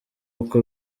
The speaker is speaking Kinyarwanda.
uko